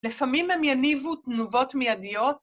‫לפעמים הם יניבו תנובות מיידיות,